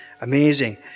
Amazing